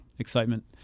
Excitement